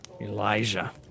Elijah